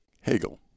Hegel